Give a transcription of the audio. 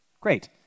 great